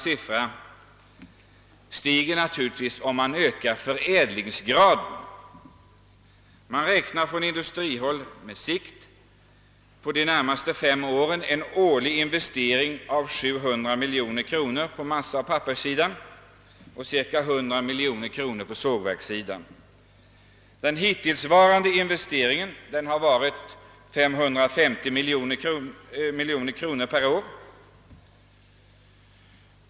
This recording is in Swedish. Siffran stiger naturligtvis, om man ökar förädlingsgraden. Man räknar på industrihåll på sikt under de närmaste fem åren med en årlig investering av 700 miljoner kronor på massaoch papperssidan och cirka 100 miljoner kronor på sågverkssidan. Den hittillsvarande investeringen har varit 550 miljoner kronor per år.